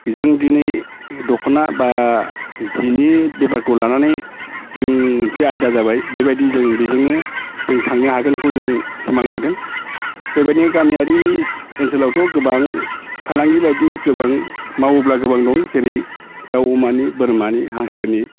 जों दिनै दखना बा सिनि बेफारखौ लानानै जों मोनसे आयदा जाबाय बेबायदि जों बेजोंनो जों थांनो हागोनखौ जों सिमां नुदों बेबायदिनो गामियारि ओनसोलावथ' गोबां फालांगि बायदि गोबां मावोब्ला गोबां दं जेरै दाउ अमा बोरमानि हांसोनि